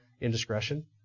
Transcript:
indiscretion